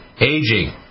aging